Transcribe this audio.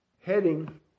heading